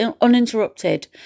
uninterrupted